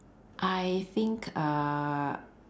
I think uh